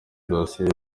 idosiye